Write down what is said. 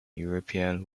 european